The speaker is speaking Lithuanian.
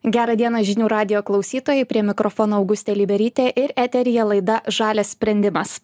gerą dieną žinių radijo klausytojai prie mikrofono augustė liberytė ir eteryje laida žalias sprendimas